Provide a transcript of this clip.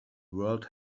world